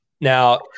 Now